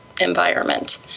environment